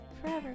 forever